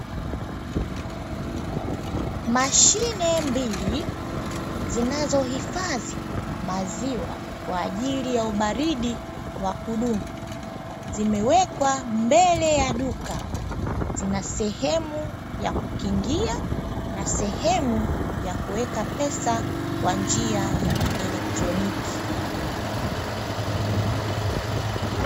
Mashine mbili zinazohifadhi maziwa kwa ajili ya ubaridi wa kudumu, zimewekwa mbele ya duka. Zina sehemu ya kukingia na sehemu ya kuweka pesa kwa njia ya kielektroniki.